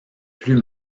plus